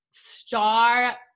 star